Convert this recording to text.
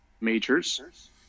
Majors